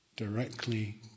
Directly